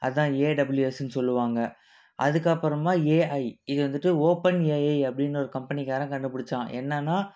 அதான் ஏடபுள்யூஎஸ்ன்னு சொல்லுவாங்க அதுக்கு அப்புறமா ஏஐ இது வந்துட்டு ஓப்பன் ஏஐ அப்படின்னு ஒரு கம்பெனிகாரன் கண்டுபுடிச்சான் என்னென்னா